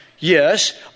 Yes